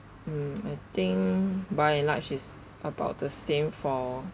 mm I think by large it's about the same for